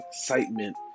excitement